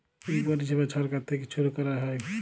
ই পরিছেবা ছরকার থ্যাইকে ছুরু ক্যরা হ্যয়